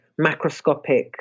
macroscopic